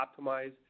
optimize